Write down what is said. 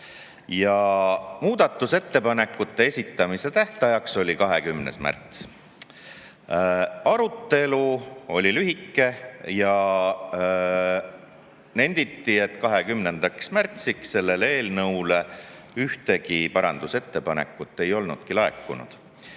ja muudatusettepanekute esitamise tähtaeg oli 20. märts. Arutelu oli lühike. Nenditi, et 20. märtsiks selle eelnõu kohta ühtegi parandusettepanekut ei olnud laekunud,